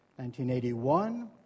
1981